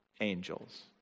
angels